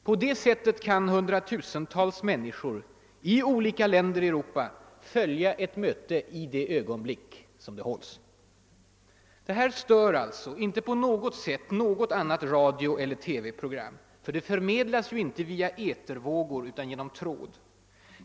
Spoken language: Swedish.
På det sättet kan hundratusentals människor i olika länder i Europa följa ett möte i det ögonblick det hålls. Det här stör alltså inte på något sätt andra radioeller TV-program. Det förmedlas ju inte via etervågor utan genom tråd.